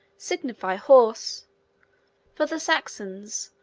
signify horse for the saxons,